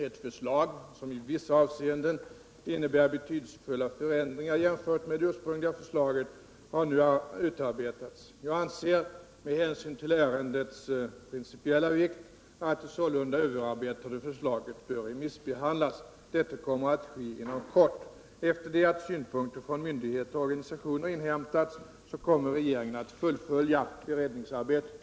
Ett förslag, som i vissa avseenden innebär betydelsefulla förändringar jämfört med det ursprungliga förslaget, har nu utarbetats. Jag anser — med hänsyn till ärendets principiella vikt — att det sålunda överarbetade förslaget bör remissbehandlas. Detta kommer att ske inom kort. Efter det att synpunkter från myndigheter och organisationer inhämtats kommer regeringen att fullfölja beredningsarbetet.